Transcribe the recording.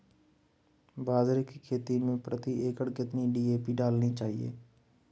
बाजरे की खेती में प्रति एकड़ कितनी डी.ए.पी डालनी होगी?